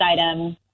item